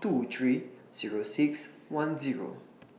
two three Zero six one Zero